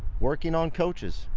working on coaches,